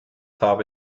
habe